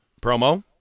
promo